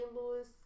Louis